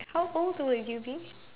how old would you be